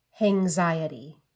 anxiety